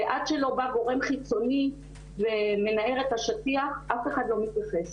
ועד שלא בא גורם חיצוני ומנער את השטיח אף אחד לא מתייחס.